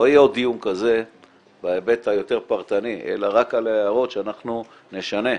לא יהיה דיון כזה בהיבט היותר פרטני אלא רק על ההערות שאנחנו נשנה.